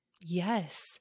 Yes